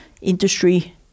industry